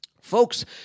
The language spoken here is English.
Folks